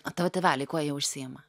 a tavo tėveliai kuo jie užsiima